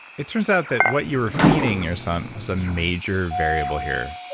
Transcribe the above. it turns out that what you were feeding your son was a major variable here.